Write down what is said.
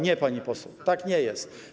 Nie, pani poseł, tak nie jest.